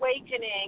awakening